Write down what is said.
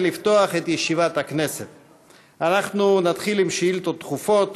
אנחנו נתחיל עם שאילתות דחופות.